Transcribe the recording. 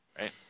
Right